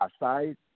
aside